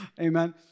Amen